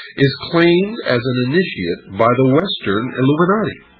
is claimed as an initiate by the western illuminati.